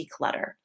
declutter